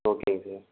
ஓகேங்க சார்